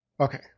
Okay